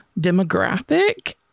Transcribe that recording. demographic